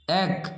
এক